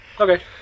okay